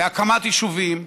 להקמת יישובים,